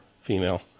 female